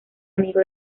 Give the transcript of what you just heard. amigo